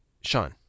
Sean